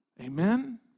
Amen